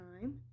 time